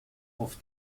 auf